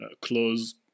close